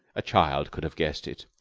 a child could have guessed it.